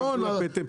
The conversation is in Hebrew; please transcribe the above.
גם של הפטם,